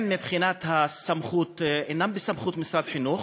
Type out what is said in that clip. מבחינת הסמכות הם אינם בסמכות משרד החינוך